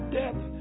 death